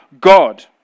God